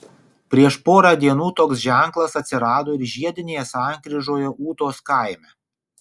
prieš porą dienų toks ženklas atsirado ir žiedinėje sankryžoje ūtos kaime